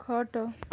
ଖଟ